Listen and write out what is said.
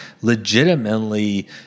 legitimately